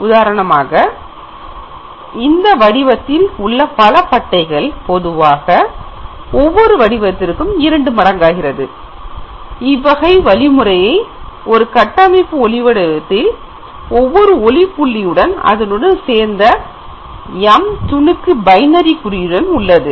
உதாரணமாக இந்த வடிவத்தில் உள்ள பல பட்டைகள் பொதுவாக ஒவ்வொரு வடிவத்திற்கும் இரு மடங்காகிறது இவ்வகை வழிமுறையாக ஒரு கட்டமைப்பு ஒளி வடிவத்தில் ஒவ்வொரு ஒளி புள்ளியும் அதனுடன் சேர்ந்த m துணுக்கு பைன்றி குறியுடன் உள்ளது